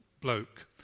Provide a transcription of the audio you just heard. bloke